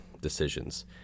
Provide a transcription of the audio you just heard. decisions